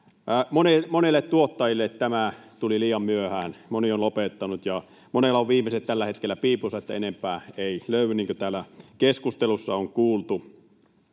Monille tuottajille tämä tuli liian myöhään. Moni on lopettanut, ja monella on viimeiset tällä hetkellä piipussa — enempää ei löydy, niin kuin täällä keskustelussa on kuultu.